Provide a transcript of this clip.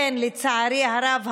לצערי הרב,